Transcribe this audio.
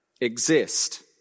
exist